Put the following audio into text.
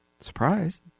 Surprise